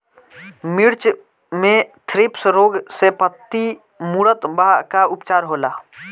मिर्च मे थ्रिप्स रोग से पत्ती मूरत बा का उपचार होला?